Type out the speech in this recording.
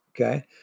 okay